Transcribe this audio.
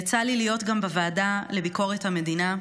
יצא לי להיות גם בוועדה לביקורת המדינה,